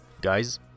guys